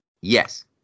Yes